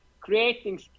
creating